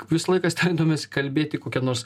visą laiką stengdavomės kalbėti kokia nors